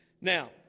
Now